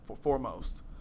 foremost